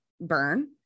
burn